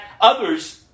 others